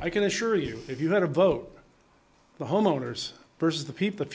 i can assure you if you had to vote the homeowners versus the